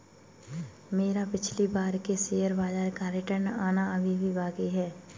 मेरा पिछली बार के शेयर बाजार का रिटर्न आना अभी भी बाकी है